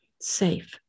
safe